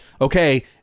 okay